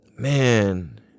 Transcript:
Man